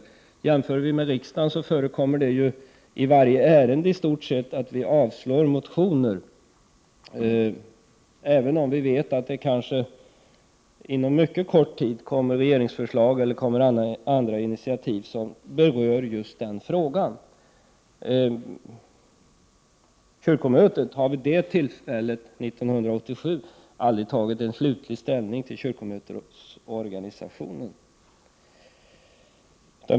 Om man gör en jämförelse med riksdagen så förekommer det ju vid snart sagt varje ärendebehandling att vi avslår motioner, även om vi vet att det inom mycket kort tid kommer 1 regeringsförslag eller andra initiativ som berör just den fråga som är aktuell. Kyrkomötet hade vid detta tillfälle år 1987 inte tagit slutlig ställning till kyrkomötesorganisationen.